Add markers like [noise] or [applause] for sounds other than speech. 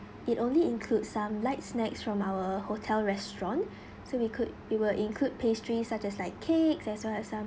it only include some light snacks from our hotel restaurant [breath] so we could it will include pastries such as like cakes as well as some